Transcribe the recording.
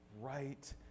right